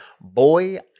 Boy